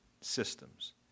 systems